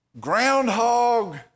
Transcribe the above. groundhog